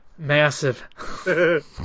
Massive